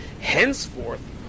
Henceforth